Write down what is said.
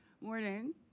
morning